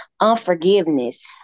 unforgiveness